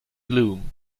gloom